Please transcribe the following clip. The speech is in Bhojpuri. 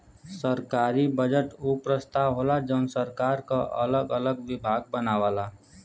सरकारी बजट उ प्रस्ताव होला जौन सरकार क अगल अलग विभाग बनावला